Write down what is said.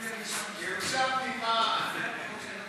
ירושלמי, מה?